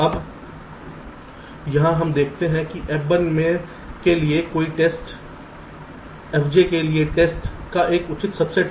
अब यहाँ हम देखते हैं कि fi के लिए टेस्ट fj के लिए टेस्ट का एक उचित सबसेट है